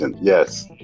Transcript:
Yes